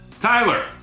Tyler